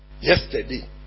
yesterday